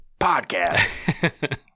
podcast